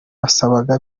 basabaga